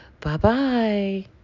Bye-bye